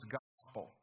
gospel